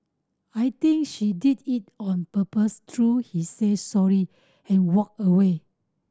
I think she did it on purpose though she said sorry and walked away